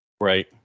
Right